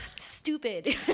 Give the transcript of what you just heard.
Stupid